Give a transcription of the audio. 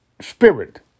spirit